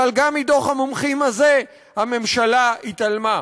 אבל גם מדוח המומחים הזה הממשלה התעלמה.